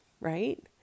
right